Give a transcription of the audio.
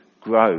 grow